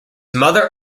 mother